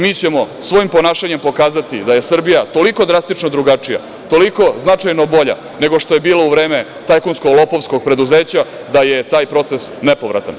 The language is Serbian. Mi ćemo svojim ponašanjem pokazati da je Srbija toliko drastično drugačija, toliko značajno bolja nego što je bila u vreme tajkunskog-lopovskog preduzeća da je proces nepovratan.